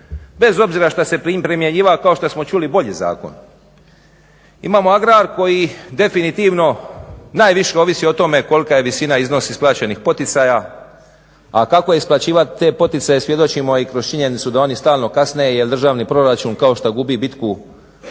bez obzira što se primjenjivao kao što smo čuli bolji zakon. Imamo agrar koji definitivno najviše ovisi o tome kolika je visina, iznos isplaćenih poticaja, a kako isplaćivati te poticaje svjedočimo i kroz činjenicu da oni stalno kasne, jer državni proračun kao što gubi bitku svih